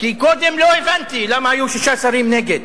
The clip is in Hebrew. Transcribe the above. כי קודם לא הבנתי למה היו שישה שרים נגד.